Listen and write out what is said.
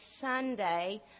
Sunday